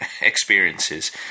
experiences